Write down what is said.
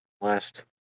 last